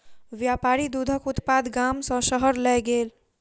व्यापारी दूधक उत्पाद गाम सॅ शहर लय गेल